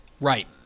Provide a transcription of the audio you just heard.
Right